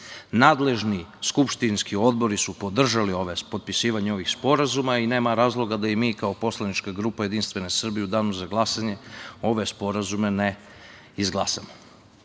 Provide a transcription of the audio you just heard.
Nadležni skupštinski odbori su podržali potpisivanje ovih sporazuma i nema razloga da i mi kao Poslaničke grupa Jedinstvene Srbije u danu za glasanje ove sporazume ne izglasamo. Ovi